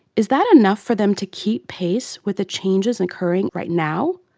is that enough for them to keep pace with the changes occurring right now,